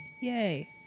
Yay